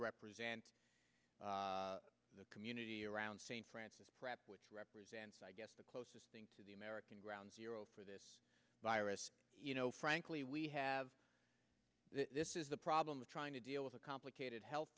represent the community around st francis prep which represents i guess the closest thing to the american ground zero for this virus you know frankly we have this is the problem of trying to deal with a complicated health